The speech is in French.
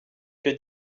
que